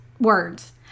words